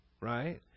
right